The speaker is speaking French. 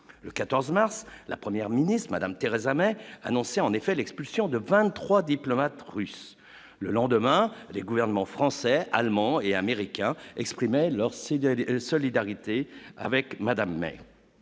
le 14 mars la première ministre Madame Theresa May annoncé, en effet, l'expulsion de 23 diplomates russes le lendemain des gouvernements français, allemands et américains exprimaient leur c'est de solidarité avec Madame May